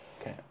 okay